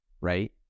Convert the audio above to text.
right